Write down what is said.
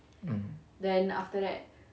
mm